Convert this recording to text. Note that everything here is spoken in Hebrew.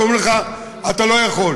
ואומרים לך: אתה לא יכול.